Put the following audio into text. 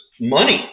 money